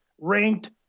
ranked